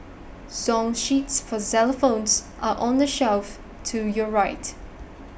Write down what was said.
song sheets for xylophones are on the shelf to your right